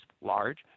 large